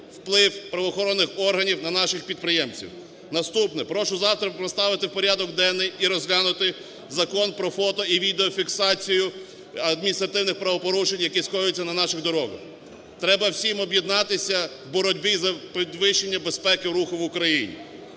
вплив правоохоронних органів на наших підприємців. Наступне. Прошу завтра поставити в порядок денний і розглянути Закон про фото і відеофіксацію адміністративних правопорушень, які скоюються на наших дорогах. Треба всім об'єднатися в боротьбі за підвищення безпеки руху в Україні.